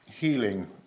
Healing